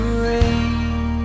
rain